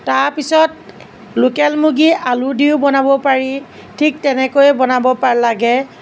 তাৰপিছত লোকেল মুৰ্গী আলু দিও বনাব পাৰি ঠিক তেনেকৈয়ে বনাব লাগে